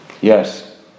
Yes